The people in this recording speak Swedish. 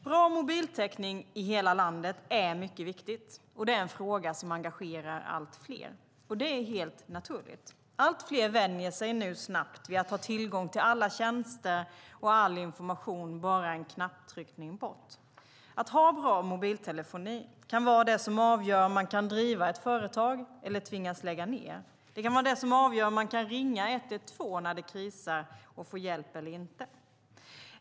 Bra mobiltäckning i hela landet är mycket viktigt, och det är en fråga som engagerar allt fler. Det är helt naturligt. Allt fler vänjer sig nu snabbt vid att ha tillgång till alla tjänster och all information bara en knapptryckning bort. Att ha bra mobiltelefoni kan vara det som avgör om man kan driva ett företag eller tvingas lägga ned. Det kan vara det som avgör om man kan ringa 112 när det krisar, och få hjälp, eller inte.